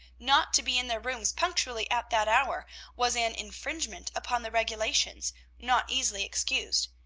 not to be in their rooms punctually at that hour was an infringement upon the regulations not easily excused,